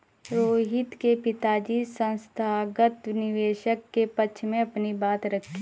रोहित के पिताजी संस्थागत निवेशक के पक्ष में अपनी बात रखी